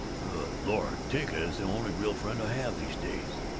good lord, tinka is the only real friend i have, these days,